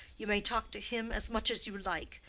you may talk to him as much as you like.